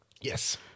Yes